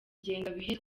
ngengabihe